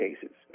cases